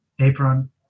apron